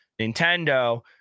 Nintendo